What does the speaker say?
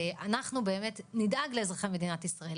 אנחנו באמת נדאג לאזרחי מדינת ישראל.